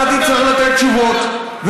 אתה תצטרך לתת תשובות.